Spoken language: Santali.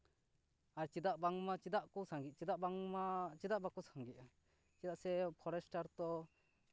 ᱟᱨ ᱵᱟᱝᱢᱟ ᱪᱮᱫᱟᱜ ᱠᱚ ᱥᱟᱸᱜᱮᱜ ᱪᱮᱫᱟᱜ ᱵᱟᱝᱢᱟ ᱪᱮᱫᱟᱜ ᱵᱟᱠᱚ ᱥᱟᱸᱜᱮᱜᱼᱟ ᱪᱮᱫᱟᱜ ᱥᱮ ᱯᱷᱚᱨᱮᱥᱴᱟᱨ ᱛᱚ